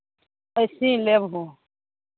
वइसे ही लेबहौ